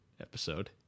episode